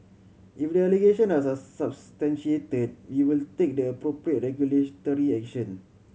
if the allegations are substantiated we will take the appropriate regulatory action